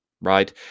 right